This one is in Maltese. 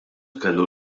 kellu